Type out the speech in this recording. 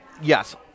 Yes